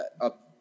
up